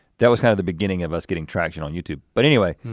that was kind of the beginning of us getting traction on youtube but anyway,